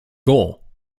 goal